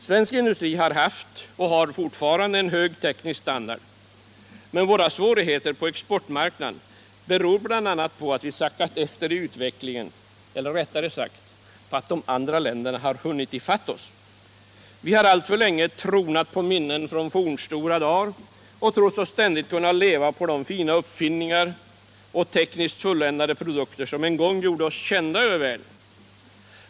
Svensk industri har haft och har fortfarande en hög teknisk standard, men våra svårigheter på exportmarknaden beror bl.a. på att vi sackat efter i den tekniska utvecklingen eller — rättare sagt — att de andra länderna hunnit i fatt oss. Vi har alltför länge ”tronat på minnen från fornstora dar” och trott oss ständigt kunna leva på de fina uppfinningar och de tekniskt fulländade produkter som en gång gjorde oss kända över världen.